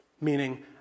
meaning